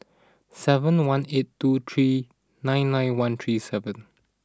seven one eight two three nine nine one three seven